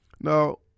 Now